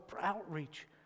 outreach